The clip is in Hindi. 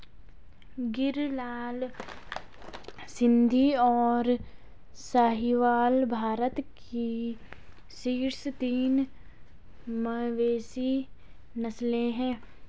गिर, लाल सिंधी, और साहीवाल भारत की शीर्ष तीन मवेशी नस्लें हैं